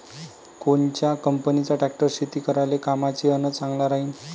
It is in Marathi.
कोनच्या कंपनीचा ट्रॅक्टर शेती करायले कामाचे अन चांगला राहीनं?